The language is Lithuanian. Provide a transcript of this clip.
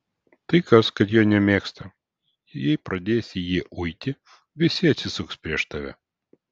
tai kas kad jo nemėgsta jei pradėsi jį uiti visi atsisuks prieš tave